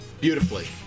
beautifully